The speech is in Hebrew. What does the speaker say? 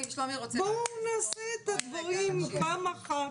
בוא נעשה את הדברים פעם אחת כמו שצריך.